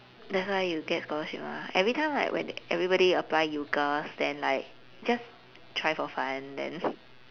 that's why you get scholarship ah every time like when everybody apply UCAS then like just try for fun then